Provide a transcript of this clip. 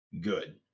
good